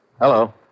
Hello